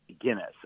Guinness